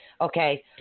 Okay